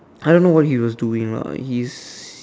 I don't know what he was doing lah he's